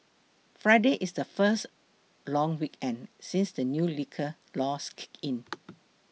friday is the first long weekend since the new liquor laws kicked in